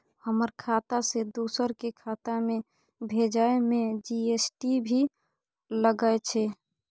हमर खाता से दोसर के खाता में भेजै में जी.एस.टी भी लगैछे?